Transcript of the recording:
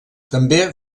també